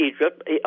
Egypt